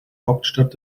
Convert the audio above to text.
hauptstadt